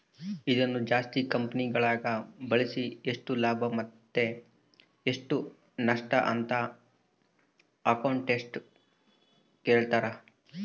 ಇದನ್ನು ಜಾಸ್ತಿ ಕಂಪೆನಿಗಳಗ ಬಳಸಿ ಎಷ್ಟು ಲಾಭ ಮತ್ತೆ ಎಷ್ಟು ನಷ್ಟಅಂತ ಅಕೌಂಟೆಟ್ಟ್ ಹೇಳ್ತಾರ